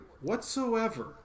whatsoever